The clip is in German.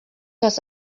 das